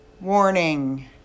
Warning